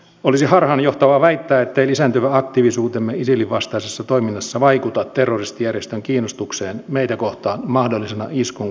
olisi harhaanjohtavaa väittää ettei lisääntyvä aktiivisuutemme isilin vastaisessa toiminnassa vaikuta terroristijärjestön kiinnostukseen meitä kohtaan mahdollisena iskun kohteena